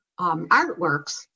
artworks